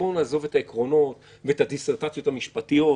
בואו נעזוב את העקרונות ואת הדיסרטציות המשפטיות.